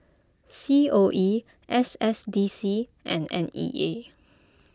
C O E S S D C and N E A